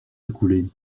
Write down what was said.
écoulé